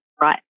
right